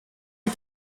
les